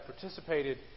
participated